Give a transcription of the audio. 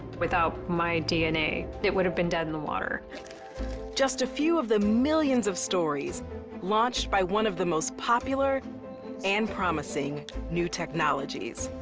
without my dna, it would have been dead in the water. narrator just a few of the millions of stories launched by one of the most popular and promising new technologies